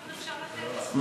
מה?